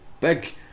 big